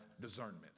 discernment